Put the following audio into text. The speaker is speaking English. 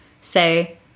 say